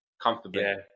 comfortably